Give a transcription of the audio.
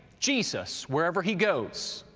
jesus, wherever he goes.